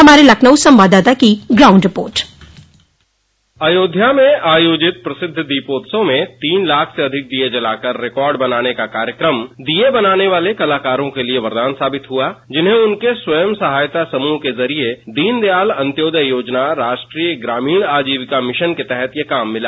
हमारे लखनऊ संवाददाता की ग्राउंड रिपोर्ट अयोध्या में आयोजित प्रसिद्ध दीपोत्सव में तीन लाख से अधिक दीये जलाकर रिकॉर्ड बनाने का कार्यक्रम दीये बनाने वाले कलाकारों के लिए वरदान साबित हुआ जिन्हें उनके स्वंय सहायता समूहों के जरिये दीन दयाल अंत्योदय योजना राष्ट्रीय ग्रामीण आजीविका मिशन के तहत यह काम मिला